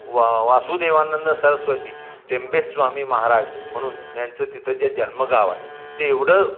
वा वासुदेवानंद सरस्वती टेंबेस्वामी महाराज म्हणून यांचं तिथं जे जन्मगाव आहे ते एवढं